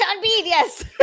yes